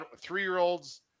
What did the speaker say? three-year-olds